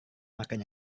makan